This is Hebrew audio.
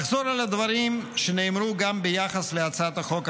אחזור על הדברים שנאמרו גם ביחס להצעת החוק המקבילה: